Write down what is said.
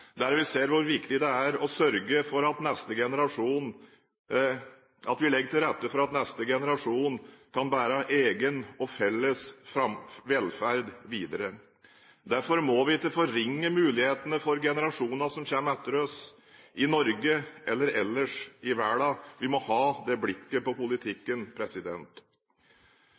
der vi ser hvor viktig det er å sørge for at vi legger til rette for at neste generasjon kan bære egen og felles velferd videre. Derfor må vi ikke forringe mulighetene for generasjoner som kommer etter oss, i Norge eller ellers i verden. Vi må ha det blikket på politikken.